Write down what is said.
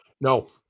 No